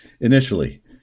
initially